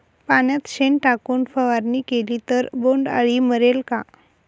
पाण्यात शेण टाकून फवारणी केली तर बोंडअळी मरेल का?